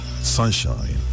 sunshine